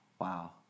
Wow